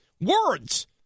words